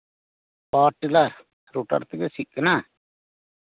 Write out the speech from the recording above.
power trailer rotor ᱛᱮᱜᱮ ᱥᱤᱜ ᱠᱟᱱᱟ